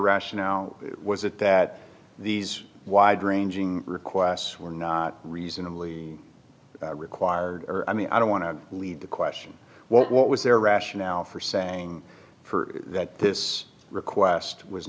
rationale was it that these wide ranging requests were not reasonably required i mean i don't want to leave the question what what was their rationale for saying that this request was